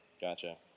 Gotcha